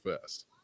fast